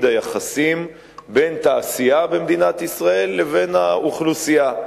היחסים בין התעשייה במדינת ישראל לבין האוכלוסייה.